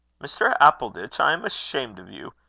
mr. appleditch, i am ashamed of you.